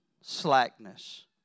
slackness